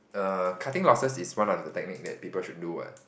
err cutting losses is one of the technique that people should do what